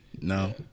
No